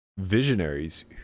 visionaries